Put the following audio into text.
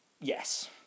Yes